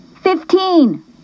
Fifteen